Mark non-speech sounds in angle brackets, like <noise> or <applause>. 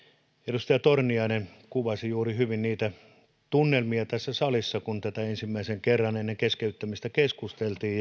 edustaja torniainen juuri kuvasi hyvin niitä tunnelmia tässä salissa kun tästä ensimmäisen kerran ennen keskeyttämistä keskusteltiin <unintelligible>